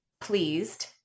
pleased